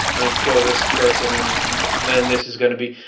i'm going to kill this person and then this is going to be.